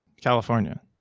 California